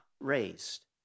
raised